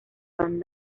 van